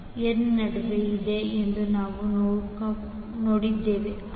ಕ್ಯಾಂಡ್ ಎನ್ ನಡುವೆ ಇದೆ ಎಂದು ನಾವು ನೋಡಿದ್ದೇವೆ